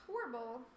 horrible